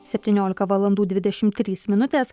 septyniolika valandų dvidešim trys minutės